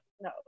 no